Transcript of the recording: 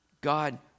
God